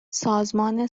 سازمان